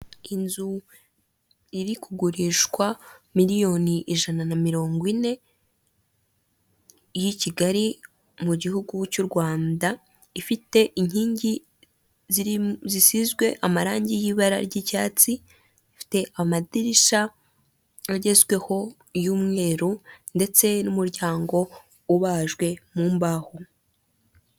Icyapa kerekana amerekezo giherereye mu mujyi rwagati komeza uzamuka uraba ugana ku kibuga mpuzamahanga k'i Kanombe mu birometero bitanu, nukata ibumoso uragana ku nyubako ya Kigali komveshoni senta mu kilometero kimwe na metero maganabiri.